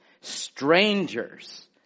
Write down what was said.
strangers